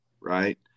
right